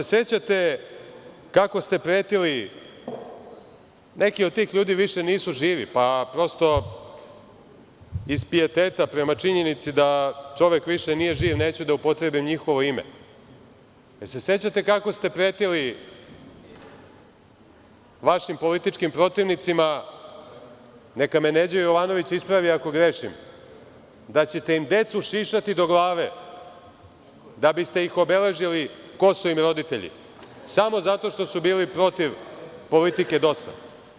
Da li se sećate kako ste pretili, neki od tih ljudi više nisu živi, pa prosto iz pijeteta prema činjenici da čovek više nije živ, neću da upotrebi njihovo ime, da li se sećate kako ste pretili vašim političkim protivnicima, neka me Neđo Jovanović ispravi ako grešim, da ćete im decu šišati do glave da biste ih obeležili ko su im roditelji samo zato što su bili protiv politike DOS?